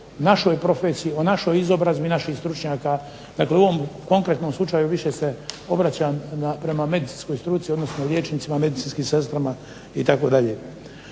našoj profesiji, o našoj izobrazbi naših stručnjaka. Dakle, u ovom konkretnom slučaju više se obraćam prema medicinskoj struci odnosno liječnicima, medicinskim sestrama itd.